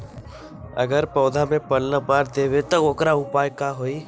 अगर पौधा में पल्ला मार देबे त औकर उपाय का होई?